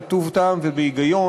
בטוב טעם ובהיגיון,